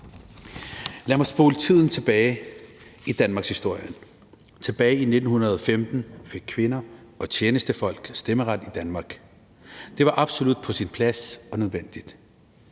Lad mig spole tiden tilbage i danmarkshistorien. Tilbage i 1915 fik kvinder og tjenestefolk stemmeret i Danmark. Det var absolut på sin plads og nødvendigt.